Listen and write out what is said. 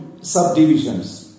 subdivisions